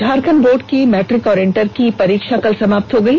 Jharkhand board की matric और inter की परीक्षा कल समाप्त हो गयी